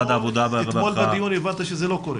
אז אתמול בדיון הבנתי שזה לא קורה.